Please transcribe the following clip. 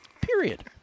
Period